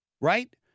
Right